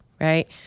right